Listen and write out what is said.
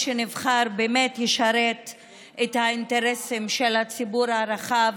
שנבחר באמת ישרת את האינטרסים של הציבור הרחב,